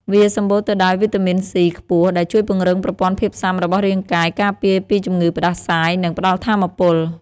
វាសម្បូរទៅដោយ វីតាមីន ស៊ី ខ្ពស់ ដែលជួយពង្រឹងប្រព័ន្ធភាពស៊ាំរបស់រាងកាយ ការពារពីជំងឺផ្តាសាយ និងផ្តល់ថាមពល។